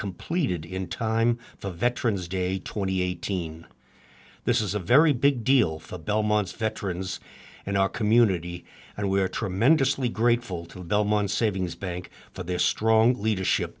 completed in time for veterans day twenty eighteen this is a very big deal for the belmont's veterans and our community and we are tremendously grateful to belmont savings bank for their strong leadership